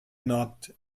not